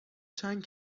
چند